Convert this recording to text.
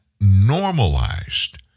normalized